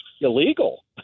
illegal